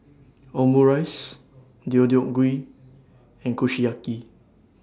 Omurice Deodeok Gui and Kushiyaki